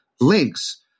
links